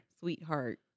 sweetheart